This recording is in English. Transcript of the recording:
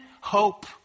hope